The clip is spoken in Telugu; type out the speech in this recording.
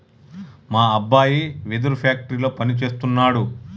మా అబ్బాయి వెదురు ఫ్యాక్టరీలో పని సేస్తున్నాడు